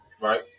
right